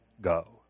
go